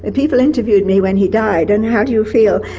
and people interviewed me when he died, and how do you feel?